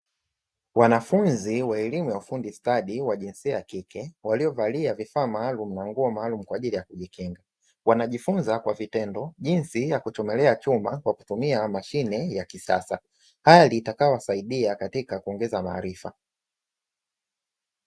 Wanafunzi wa elimu ya ufundi stadi wa jinsia ya kike waliovalia vifaa maalumu na nguo maalumu kwa ajili ya kujikinga. Wanajifunza kwa vitendo jinsi ya kuchomelea chuma kwa kutumia mashine ya kisasa. Hali itakayowasaidia katika kuongeza maarifa.